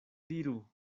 diru